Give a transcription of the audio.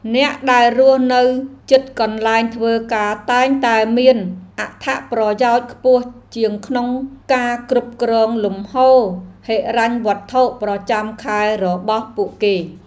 អ្នកដែលរស់នៅជិតកន្លែងធ្វើការតែងតែមានអត្ថប្រយោជន៍ខ្ពស់ជាងក្នុងការគ្រប់គ្រងលំហូរហិរញ្ញវត្ថុប្រចាំខែរបស់ពួកគេ។